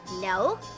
No